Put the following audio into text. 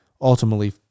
ultimately